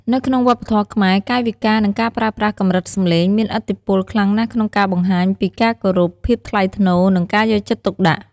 នៅក្នុងវប្បធម៌ខ្មែរ កាយវិការ និងការប្រើប្រាស់កម្រិតសំឡេងមានឥទ្ធិពលខ្លាំងណាស់ក្នុងការបង្ហាញពីការគោរព ភាពថ្លៃថ្នូរ និងការយកចិត្តទុកដាក់។